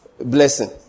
blessing